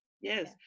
Yes